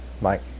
Mike